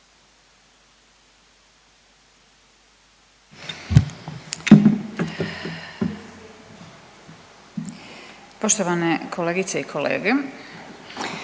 Eto kolegice i kolege,